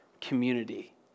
community